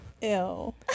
Ill